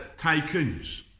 tycoons